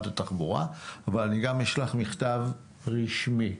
התחבורה אבל אני גם אשלח מכתב רשמי.